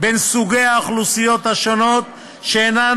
בין סוגי האוכלוסיות השונות שאינן